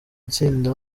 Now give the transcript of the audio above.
itsinda